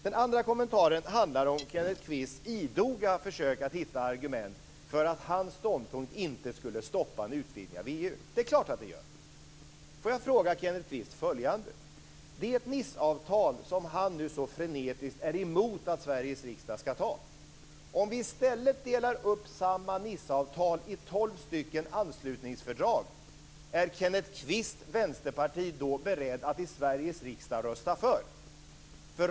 Min andra kommentar handlar om Kenneth Kvists idoga försök att hitta argument för att hans ståndpunkt inte skulle stoppa en utvidgning av EU. Det är klart att den gör. Får jag fråga Kenneth Kvist följande: Om vi delar upp det Niceavtal som han nu så frenetiskt är emot att Sveriges riksdag ska anta i tolv anslutningsfördrag, är Kenneth Kvists Vänsterparti då berett att i Sveriges riksdag rösta för det?